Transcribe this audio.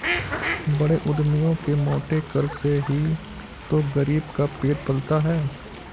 बड़े उद्यमियों के मोटे कर से ही तो गरीब का पेट पलता है